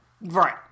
Right